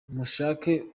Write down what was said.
mushake